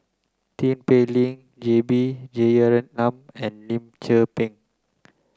Tin Pei Ling J B Jeyaretnam and Lim Tze Peng